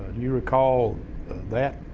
you recall that?